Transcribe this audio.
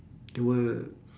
they will